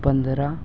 پندرہ